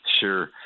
Sure